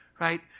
right